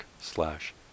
slash